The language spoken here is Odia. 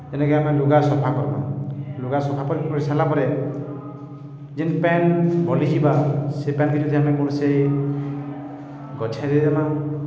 ଯେନ୍ଟାକି ଆମେ ଲୁଗା ସଫା କର୍ମା ଲୁଗା ସଫା କରି କରି ସାର୍ଲା ପରେ ଯେନ୍ ପାଏନ୍ ବଲିଯିବା ସେ ପାଏନ୍କେ ଯଦି ଆମେ କୌଣସି ଗଛେ ଦେଇଦେମା